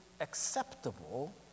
acceptable